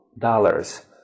dollars